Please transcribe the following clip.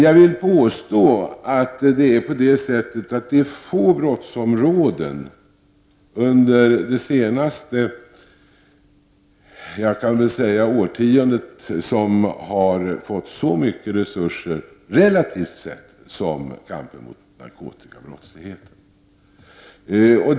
Jag vill påstå att det är få brottsområden som under det senaste årtiondet relativt sett fått så mycket resurser som kampen mot narkotikabrottsligheten.